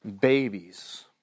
babies